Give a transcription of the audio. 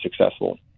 successful